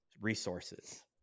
resources